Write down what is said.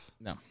No